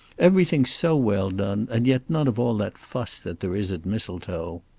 everything so well done, and yet none of all that fuss that there is at mistletoe.